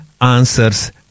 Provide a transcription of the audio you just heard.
Answers